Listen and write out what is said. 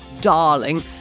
darling